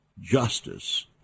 justice